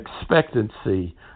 expectancy